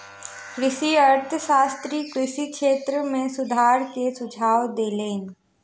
कृषि अर्थशास्त्री कृषि क्षेत्र में सुधार के सुझाव देलैन